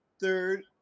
third